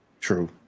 True